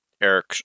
Eric